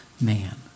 man